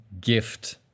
gift